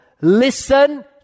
listen